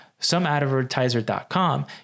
someadvertiser.com